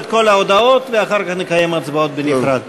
כך נקיים הצבעות בנפרד.